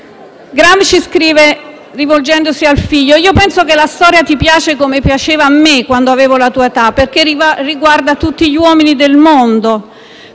Gramsci scrive, rivolgendosi al figlio: «Io penso che la storia ti piace, come piaceva a me, quando avevo la tua età, perché riguarda gli uomini viventi